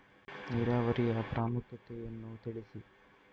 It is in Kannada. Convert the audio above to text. ನೀರಾವರಿಯ ಪ್ರಾಮುಖ್ಯತೆ ಯನ್ನು ತಿಳಿಸಿ?